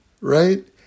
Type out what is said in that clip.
right